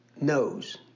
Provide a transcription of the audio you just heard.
knows